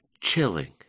chilling